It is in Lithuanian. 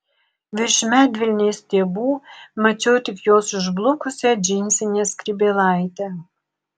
virš medvilnės stiebų mačiau tik jos išblukusią džinsinę skrybėlaitę